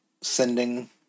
sending